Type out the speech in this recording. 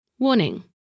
Warning